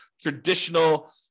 traditional